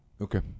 Okay